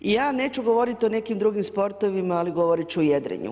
I ja neću govorit o nekim drugim sportovima, ali govorit ću o jedrenju.